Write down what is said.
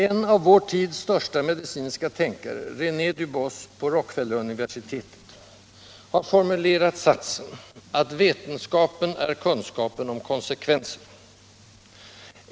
En av vår tids största medicinska tänkare, René Dubos vid Rockefelleruniversitetet, har formulerat satsen att ”vetenskap är kunskapen om konsekvenser”.